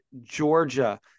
Georgia